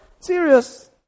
serious